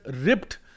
ripped